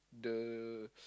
the